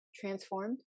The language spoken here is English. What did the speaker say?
transformed